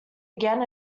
again